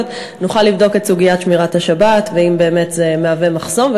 נוכל לבדוק את סוגיית שמירת השבת והאם זה באמת מהווה מחסום.